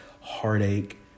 heartache